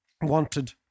wanted